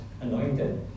anointed